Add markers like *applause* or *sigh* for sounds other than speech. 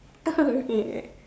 *laughs* okay right